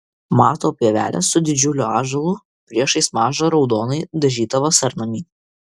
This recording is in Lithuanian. mato pievelę su didžiuliu ąžuolu priešais mažą raudonai dažytą vasarnamį